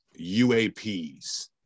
UAPs